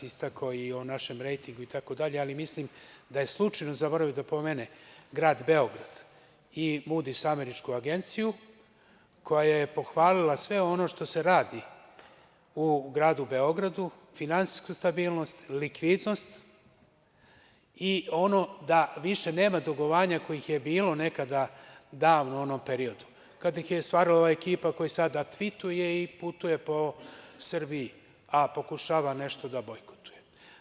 Istakao je i o našem rejtingu itd, ali mislim da je slučajno zaboravio da pomene grad Beograd i „Mudis“ američku agenciju, koja je pohvalila sve ono što se radi u gradu Beogradu, finansijsku stabilnost, likvidnost i ono da više nema dugovanja kojih je bilo nekada davno u onom periodu kada ih je stvarala ova ekipa koja sada tvituje i putuje po Srbiji, a pokušava nešto da bojkotuje.